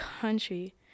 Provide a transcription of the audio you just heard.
country